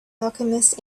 alchemist